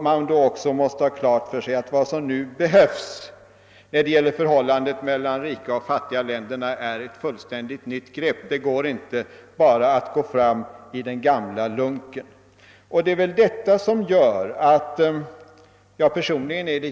Man måste också inse att vad som behövs när det gäller förhållandet mellan rika och fattiga länder är ett fullständigt nytt grepp; det går inte att gå fram i den gamla lunken. Av denna anledning är